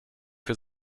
für